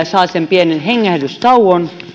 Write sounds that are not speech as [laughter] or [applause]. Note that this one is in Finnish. [unintelligible] saa sen pienen hengähdystauon